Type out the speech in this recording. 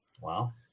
Wow